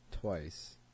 twice